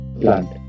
plant